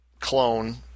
clone